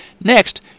Next